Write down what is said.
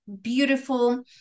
beautiful